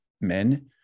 men